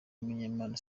mugemana